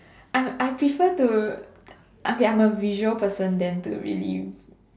I'm I prefer to okay I'm a visual person than to really